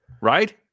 Right